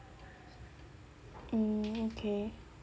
mm okay